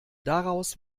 daraus